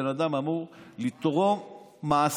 בן אדם אמור לתרום מעשר,